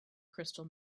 crystal